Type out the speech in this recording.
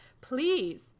Please